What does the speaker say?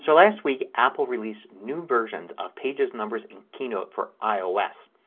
so last week apple released new versions of pages, numbers, and keynote for ios.